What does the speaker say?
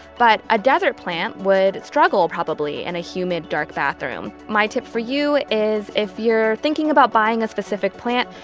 but a desert plant would struggle, ah probably, in and a humid, dark bathroom. my tip for you is if you're thinking about buying a specific plant,